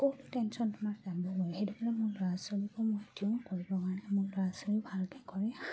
ক'তো টেনশ্যন তোমাৰ ডাঙৰ কৰে সেইটো কাৰণে মোৰ ল'ৰা ছোৱালীকো মই এতিয়াও কৰিবৰ কাৰণে মোৰ ল'ৰা ছোৱালী ভালকৈ কৰে